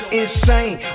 insane